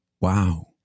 Wow